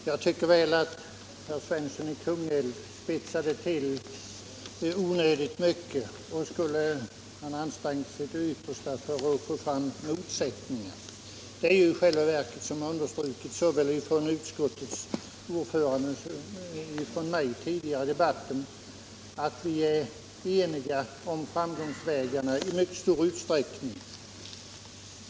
Herr talman! Jag tycker att herr Svensson i Kungälv spetsade till det onödigt mycket och ansträngde sig till det yttersta för att få fram motsättningar. Vi är i själva verket, vilket har understrukits såväl av utskottsordföranden som av mig tidigare i debatten, eniga om framkomstvägarna i mycket stor utsträckning.